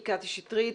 קטי שטרית,